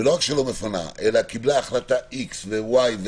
ולא רק שהיא לא מפנה אלא קיבלה החלטה X ו-Y,